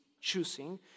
choosing